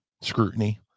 scrutiny